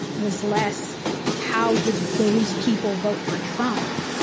was less how did those people vote for trump?